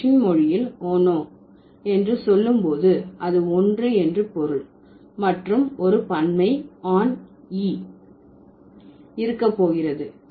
Russian மொழியில் ஓனோ என்று சொல்லும்போது அது ஒன்று என்று பொருள் மற்றும் ஒரு பன்மை ஆன் இ இருக்க போகிறது